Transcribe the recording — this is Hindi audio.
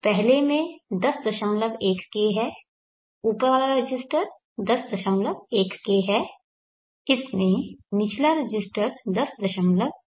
पहले में 101K है ऊपर वाला रेज़िस्टेर 101K है इसमें निचला रेज़िस्टेर 101 K है